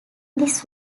this